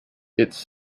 its